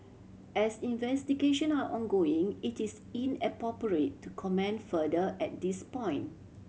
as investigation are ongoing it is inappropriate to comment further at this point